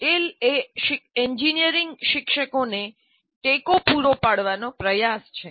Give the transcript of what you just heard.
ટેલ એ એન્જિનિયરિંગ શિક્ષકોને ટેકો પૂરો પાડવાનો પ્રયાસ છે